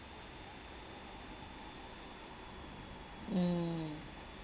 mm